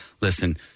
listen